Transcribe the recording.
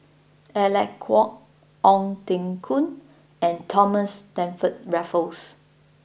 Alec Kuok Ong Teng Koon and Thomas Stamford Raffles